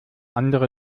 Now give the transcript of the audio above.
andere